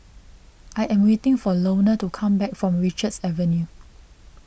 I am waiting for Launa to come back from Richards Avenue